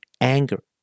anger